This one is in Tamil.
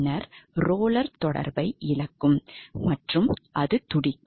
பின்னர் ரோலர் தொடர்பை இழக்கும் மற்றும் அது துடிக்கும்